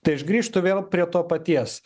tai aš grįžtu vėl prie to paties